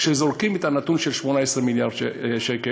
כשזורקים את הנתון של 18 מיליארד שקל